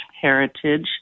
heritage